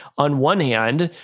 on one hand,